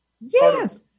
Yes